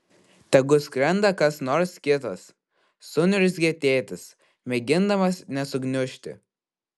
tegu skrenda kas nors kitas suniurzgė tėtis mėgindamas nesugniužti